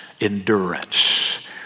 endurance